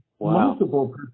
Multiple